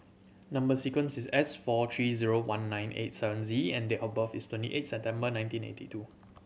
number sequence is S four three zero one nine eight seven Z and date of birth is twenty eighth September nineteen eighty two